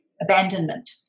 abandonment